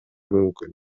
мүмкүн